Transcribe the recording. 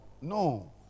no